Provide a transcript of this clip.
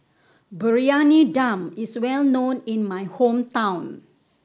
Briyani Dum is well known in my hometown